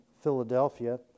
Philadelphia